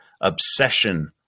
obsession